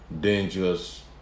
dangerous